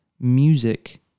music